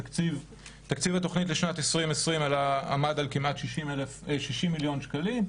תקציב התוכנית לשנת 2020 עמד על כמעט 60 מיליון שקלים,